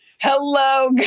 Hello